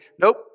nope